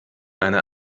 eine